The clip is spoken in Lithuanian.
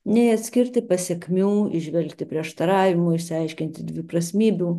nei atskirti pasekmių įžvelgti prieštaravimų išsiaiškinti dviprasmybių